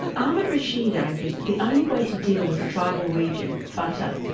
ahmed rashid argues that the only way to deal with the tribal region, fata,